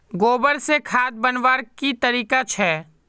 गोबर से खाद बनवार की तरीका छे?